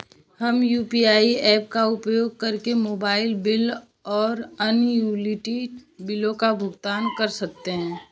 हम UPI apps का उपयोग करके मोबाइल बिल और अन्य यूटिलिटी बिलों का भुगतान कर सकते हैं